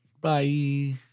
Bye